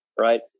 right